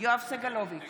יואב סגלוביץ'